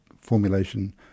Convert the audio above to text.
formulation